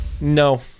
no